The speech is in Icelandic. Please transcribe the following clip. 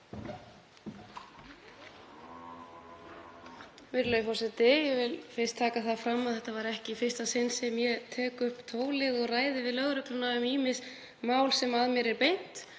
Virðulegi forseti. Ég vil fyrst taka það fram að þetta er ekki í fyrsta sinn sem ég tek upp tólið og ræði við lögregluna um ýmis mál sem að mér er beint